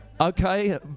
Okay